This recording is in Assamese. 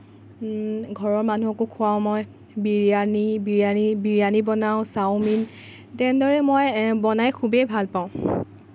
ঘৰৰ মানুহকো খোৱাও মই বিৰিয়ানী বিৰিয়ানী বিৰিয়ানী বনাওঁ চাওমিন তেনেদৰে মই বনাই খুবেই ভাল পাওঁ